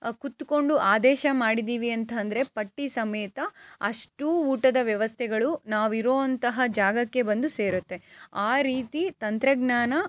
ಕೂತ್ಕೊಂಡು ಆದೇಶ ಮಾಡಿದ್ದೀವಿ ಅಂತಂದ್ರೆ ಪಟ್ಟಿ ಸಮೇತ ಅಷ್ಟೂ ಊಟದ ವ್ಯವಸ್ಥೆಗಳು ನಾವಿರೋ ಅಂತಹ ಜಾಗಕ್ಕೆ ಬಂದು ಸೇರುತ್ತೆ ಆ ರೀತಿ ತಂತ್ರಜ್ಞಾನ